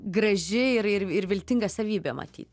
graži ir ir viltinga savybė matyt